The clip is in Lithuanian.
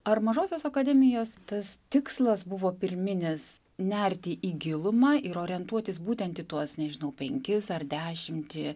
ar mažosios akademijos tas tikslas buvo pirminis nerti į gilumą ir orientuotis būtent į tuos nežinau penkis ar dešimtį